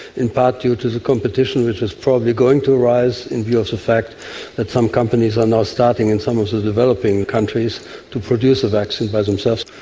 in part due to the competition which is probably going to arise in view of the fact that some companies are now starting in some of the developing countries to produce a vaccine by themselves.